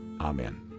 Amen